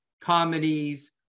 comedies